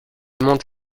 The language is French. monde